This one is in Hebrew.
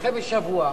יידחה בשבוע,